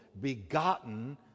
begotten